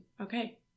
okay